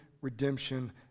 redemption